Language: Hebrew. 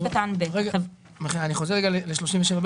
אני חוזר לסעיף קטן 37(ב),